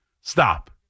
Stop